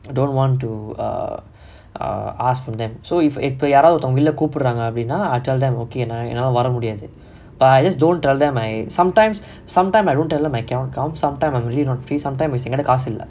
I don't want to err err ask from them so if இப்ப யாராவது ஒருத்தங்க வெளில கூப்புடுறாங்க அப்டினா:ippa yaraavathu oruthanga velila koopuduraanga apdinaa ennaala vara mudiyaathu I tell them okay என்னால வர முடியாது:ennaala vara mudiyaathu but I just don't tell them I sometimes sometimes I don't tell them I cannot come sometime I'm really not free sometime எங்கிட்ட காசு இல்ல:engitta kaasu illa